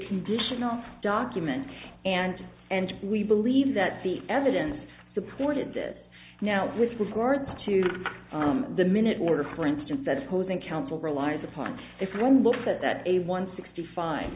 conditional document and and we believe that the evidence supported this now with regard to the minute order for instance that is causing counsel relies upon if one looks at that a one sixty five